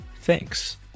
Thanks